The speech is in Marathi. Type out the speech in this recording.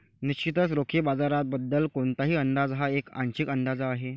निश्चितच रोखे बाजाराबद्दल कोणताही अंदाज हा एक आंशिक अंदाज आहे